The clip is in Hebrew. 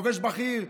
חובש בכיר,